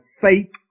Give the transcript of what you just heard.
faith